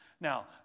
Now